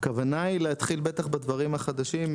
הכוונה היא להתחיל בטח בדברים החדשים,